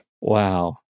Wow